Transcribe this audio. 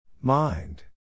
Mind